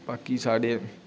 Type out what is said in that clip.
बाकी साढ़ै